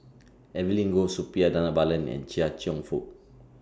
Evelyn Goh Suppiah Dhanabalan Chia Cheong Fook